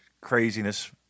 craziness